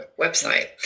website